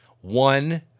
One